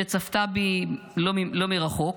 שצפתה בי לא מרחוק.